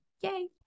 Yay